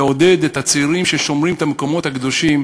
לעודד את הצעירים ששומרים את המקומות הקדושים,